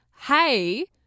Hey